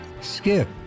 skip